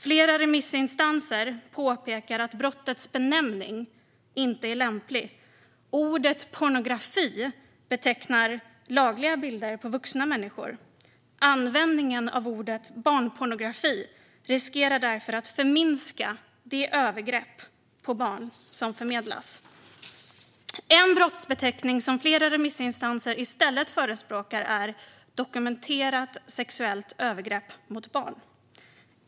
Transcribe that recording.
Flera remissinstanser påpekar att brottets benämning inte är lämplig då ordet pornografi betecknar lagliga bilder på vuxna människor. Användningen av ordet barnpornografi riskerar därför att förminska det övergrepp på barn som förmedlas. En brottsbeteckning som flera remissinstanser i stället förespråkar är dokumenterat sexuellt övergrepp mot barn.